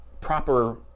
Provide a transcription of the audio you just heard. proper